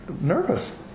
nervous